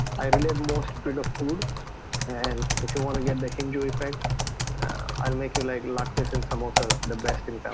i relate most to the food and if you want to get the hindu effect i'll make you like and latkes in samosa the best in so